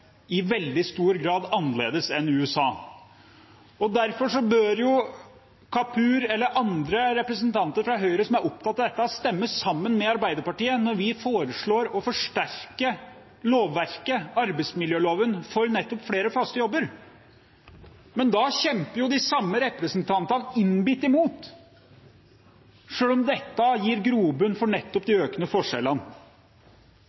i veldig stor grad er annerledes enn USA. Derfor bør Kapur eller andre representanter fra Høyre som er opptatt av dette, stemme sammen med Arbeiderpartiet når vi foreslår å forsterke lovverket – arbeidsmiljøloven – for nettopp flere faste jobber. Men da kjemper de samme representantene innbitt imot, selv om dette gir grobunn for de